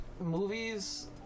movies